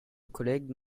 collègue